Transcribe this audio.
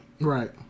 Right